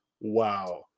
wow